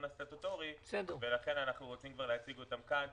הסטטוטורי ולכן אנחנו רוצים כבר להציג אותם כאן,